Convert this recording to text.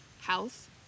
health